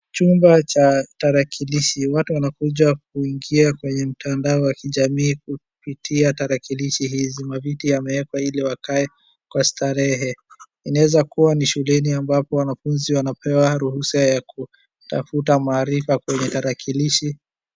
Chumba cha tarakilishi. Watu wanakuja kuingia kwenye mtandao wa kijamii kupitia tarakilishi hizi. Maviti yameekwa ili wakae kwa starehe. Inaeza kuwa ni shuleni ambapo wanafuzi wanapewa ruhusa ya kutafuta maarifa kwenye tarakilishi.